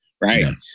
Right